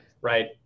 right